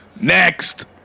Next